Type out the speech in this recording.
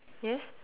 yes